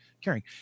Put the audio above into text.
caring